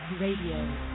Radio